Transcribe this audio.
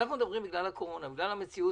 אנחנו מדברים בגלל הקורונה, בגלל המצב